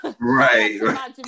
Right